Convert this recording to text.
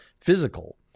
physical